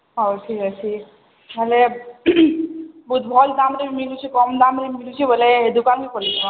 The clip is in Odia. ହଉ ଠିକ୍ ଅଛେ ହେଲେ ବହୁତ୍ ଭଲ୍ ଦାମ୍ରେ ବି ମିଲୁଛେ କମ୍ ଦାମ୍ରେ ବି ମିଲୁଛେ ବେଲେ ହେ ଦୁକାନ୍କେ ବି ପଲେଇ ଯିମା